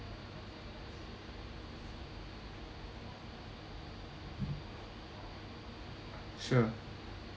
sure